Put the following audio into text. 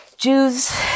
Jews